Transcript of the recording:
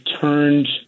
turned